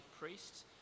priests